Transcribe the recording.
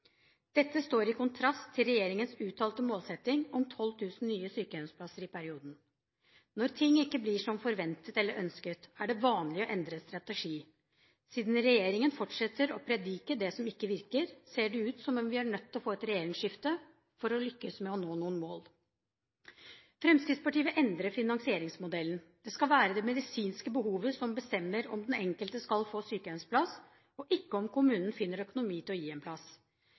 Dette står i kontrast til regjeringens uttalte målsetting om 12 000 nye sykehjemsplasser i perioden. Når ting ikke blir som forventet eller ønsket, er det vanlig å endre strategi. Siden regjeringen fortsetter å predike det som ikke virker, ser det ut til at vi er nødt til å få et regjeringsskifte for å lykkes med å nå noen mål. Fremskrittspartiet vil endre finansieringsmodellen. Det skal være det medisinske behovet som bestemmer om den enkelte skal få sykehjemsplass, og ikke om kommunen finner økonomi til å gi en plass.